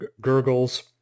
gurgles